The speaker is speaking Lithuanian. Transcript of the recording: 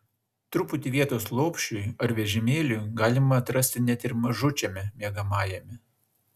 truputį vietos lopšiui ar vežimėliui galima atrasti net ir mažučiame miegamajame